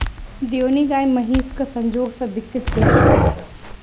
देओनी गाय महीसक संजोग सॅ विकसित कयल गेल अछि